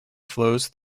flows